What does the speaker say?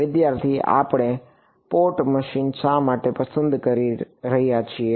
વિદ્યાર્થી આપણે port machine શા માટે પસંદ કરી રહ્યા છીએ